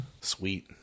Sweet